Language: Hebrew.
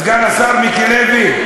סגן השר מיקי לוי,